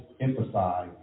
emphasize